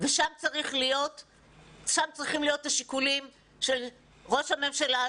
ושם צריכים להיות השיקולים של ראש הממשלה,